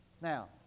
Now